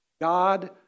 God